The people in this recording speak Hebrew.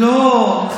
א.